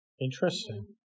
Interesting